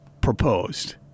proposed